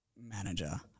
manager